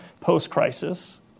post-crisis